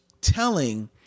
telling